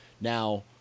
Now